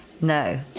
No